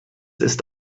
ist